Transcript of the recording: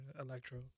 Electro